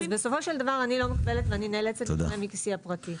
אז בסופו של דבר אני לא מקבלת ואני נאלצת לשלם מכיסי הפרטי.